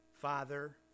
Father